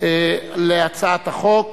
על הצעת החוק